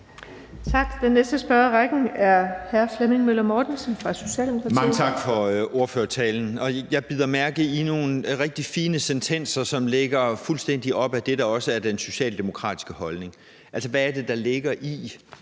Tak. Den næste spørger i rækken er hr. Flemming Møller Mortensen fra Socialdemokratiet. Kl. 16:36 Flemming Møller Mortensen (S): Mange tak for ordførertalen. Jeg bider mærke i nogle rigtig fine sentenser, som ligger fuldstændig op ad det, der er den socialdemokratiske holdning, altså hvad det er, der ligger i,